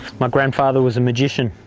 my grandfather was a magician.